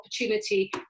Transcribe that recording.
opportunity